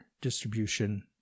distribution